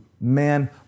man